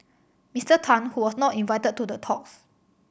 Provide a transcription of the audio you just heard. Mister Tan who was not invited to the talks